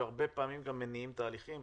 והרבה פעמים גם מניעים תהליכים.